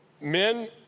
men